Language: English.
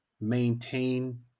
maintain